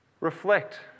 reflect